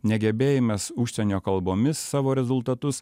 negebėjimas užsienio kalbomis savo rezultatus